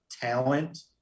talent